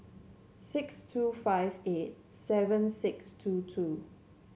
six two five eight seven six two two